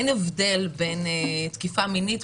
אין הבדל בין תקיפה מינית,